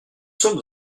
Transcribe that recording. sommes